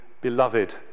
beloved